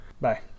bye